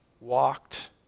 walked